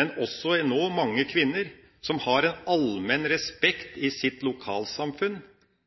nå også mange kvinner, som hadde en allmenn respekt i sitt lokalsamfunn